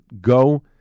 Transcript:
go